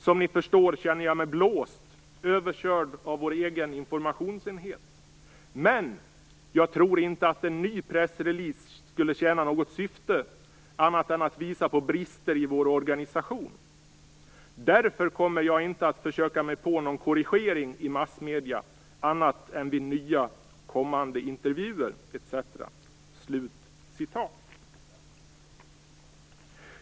Som ni förstår känner jag mig blåst, överkörd av vår egen informationsenhet. Men! Jag tror inte att en ny pressrelease skulle tjäna något syfte, annat än visa på brister i vår organisation, därför kommer jag inte att försöka mig på någon korrigering i massmedia, annat än vid nya, kommande intervjuer etc."